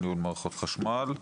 ניהול מערכות חשמל.